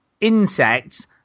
insects